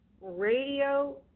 RADIO